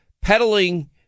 peddling